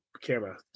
camera